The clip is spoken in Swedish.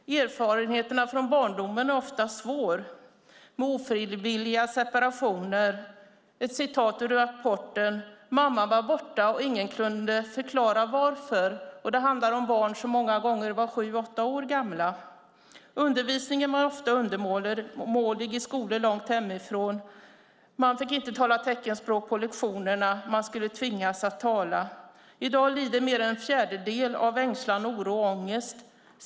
Erfarenheterna från barndomen är ofta svåra. Det är fråga om ofrivilliga separationer. Som det står i rapporten: Mamma var borta och ingen kunde förklara varför. Det handlar om barn som många gånger var sju åtta år gamla. Undervisningen var ofta undermålig i skolor långt hemifrån. Man fick inte tala teckenspråk på lektionerna utan man skulle tvingas att tala. I dag lider fler än en fjärdedel av ängslan, oro och ångest.